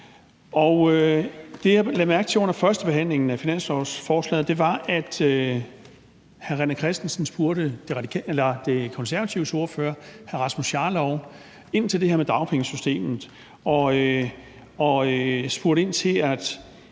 Det, jeg lagde mærke til under førstebehandlingen af finanslovsforslaget, var, at hr. René Christensen spurgte De Konservatives ordfører, hr. Rasmus Jarlov, ind til det her med dagpengesystemet og til,